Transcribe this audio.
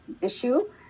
issue